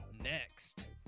next